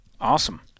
Awesome